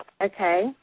Okay